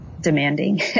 demanding